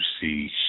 see